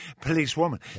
policewoman